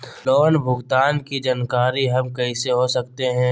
Loan भुगतान की जानकारी हम कैसे हो सकते हैं?